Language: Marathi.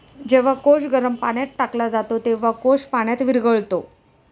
जेव्हा कोश गरम पाण्यात टाकला जातो, तेव्हा कोश पाण्यात विरघळतो